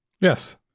Yes